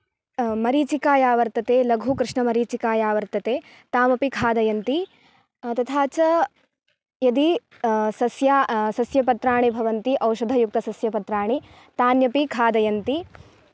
मरिचिका या वर्तते लघु कृष्णमरिचिका या वर्तते तामपि खादन्ति तथा च यदि सस्य सस्यपत्राणि भवन्ति औषधयुक्तसस्यपत्राणि तन्यपि खादन्ति